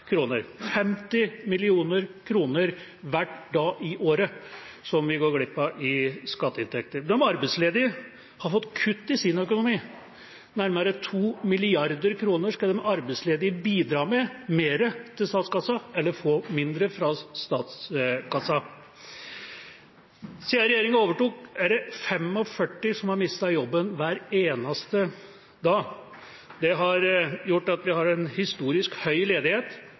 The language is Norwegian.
50 mill. kr hver dag i året – som vi går glipp av i skatteinntekter. De arbeidsledige har fått kutt i sin økonomi. Nærmere 2 mrd. kr mer skal de arbeidsledige bidra med til statskassa – eller få mindre fra statskassa. Siden regjeringa overtok, har det hver eneste dag vært 45 som har mistet jobben. Det har gjort at vi har en historisk høy ledighet.